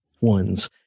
ones